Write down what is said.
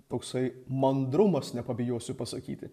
toksai mandrumas nepabijosiu pasakyti